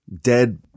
dead